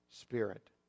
Spirit